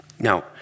Now